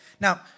Now